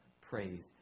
praise